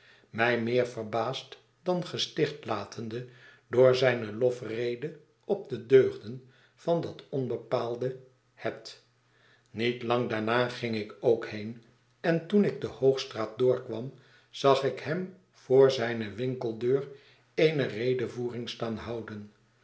mij meer verbaasd dan gesticht latende door zijne lofrede op de deugden van dat onbepaalde het niet iang daarna ging ik ook heen en toen ik de h o o g straat doorkwam zag ik hem voor zijne winkeldeur eene redevoering staan houden